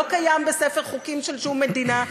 לא קיים בספר חוקים של שום מדינה.